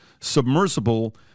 submersible